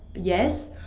yes.